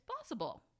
possible